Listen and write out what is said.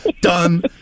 done